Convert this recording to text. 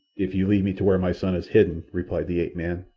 if you lead me to where my son is hidden, replied the ape-man,